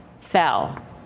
fell